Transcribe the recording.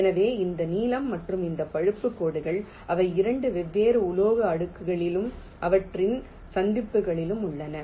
எனவே இந்த நீலம் மற்றும் இந்த பழுப்பு கோடுகள் அவை 2 வெவ்வேறு உலோக அடுக்குகளிலும் அவற்றின் சந்திப்புகளிலும் உள்ளன